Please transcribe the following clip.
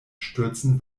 stürzen